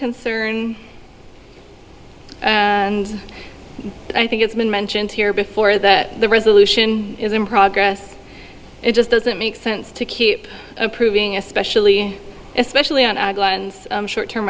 concern and i think it's been mentioned here before that the resolution is in progress it just doesn't make sense to keep improving especially especially on short term